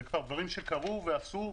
זה כבר דברים שקרו ועשו.